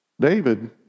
David